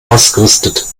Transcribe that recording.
ausgerüstet